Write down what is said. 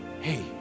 hey